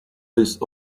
list